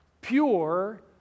pure